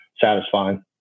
satisfying